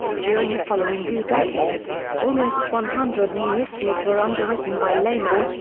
during the following two decades, almost one hundred new issues were underwritten by lehman,